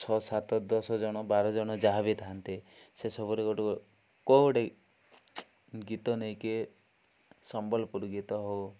ଛଅ ସାତ ଦଶ ଜଣ ବାର ଜଣ ଯାହା ବି ଥାଆନ୍ତି ସେସବୁରେ ଗୋଟେ କେଉଁ ଗୋଟେ ଗୀତ ନେଇକି ସମ୍ବଲପୁରୀ ଗୀତ ହଉ